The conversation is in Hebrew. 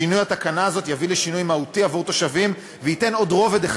שינוי התקנה הזאת יביא לשינוי מהותי עבור תושבים וייתן רובד אחד